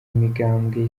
imigambwe